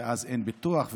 ואז אין ביטוח,